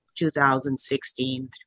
2016